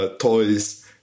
toys